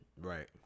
Right